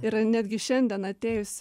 ir netgi šiandien atėjusi